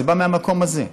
זה בא מהמקום הזה.